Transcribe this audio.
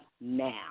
now